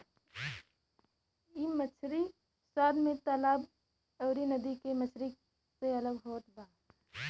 इ मछरी स्वाद में तालाब अउरी नदी के मछरी से अलग होत बा